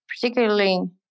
particularly